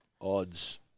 Odds